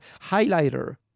highlighter